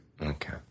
Okay